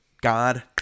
God